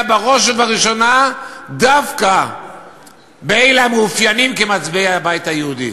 בראש ובראשונה דווקא באלה המאופיינים כמצביעי הבית היהודי.